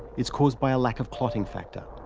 it's caused by a lack of clotting factor.